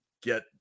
get